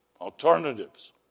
alternatives